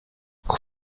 auch